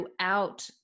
throughout